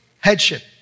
headship